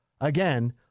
again